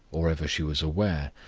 or ever she was aware,